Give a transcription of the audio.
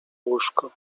łóżko